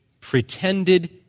pretended